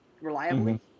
reliably